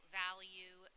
value